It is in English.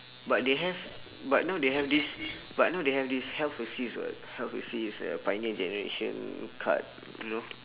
but they have but now they have this but now they have this health assist [what] health assist uh pioneer generation card you know